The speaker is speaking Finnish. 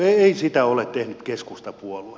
ei sitä ole tehnyt keskustapuolue